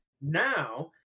now